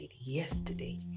yesterday